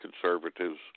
conservatives